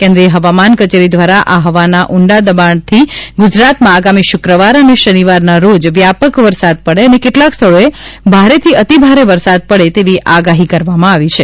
કેન્દ્રીય હવામાન કચેરી દ્વારા આ હવાના ઊંડા દબાણથી ગુજરાતમાં આગામી શુક્રવાર અને શનિવારના રોજ વ્યાપક વરસાદ પડે અને કેટલાંક સ્થળોએ ભારેથી અતિ ભારે વરસાદ પડે તેવી આગાહી કરવામાં આવી છે